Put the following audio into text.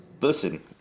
Listen